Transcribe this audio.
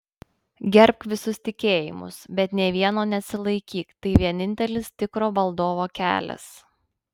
gerbk visus tikėjimus bet nė vieno nesilaikyk tai vienintelis tikro valdovo kelias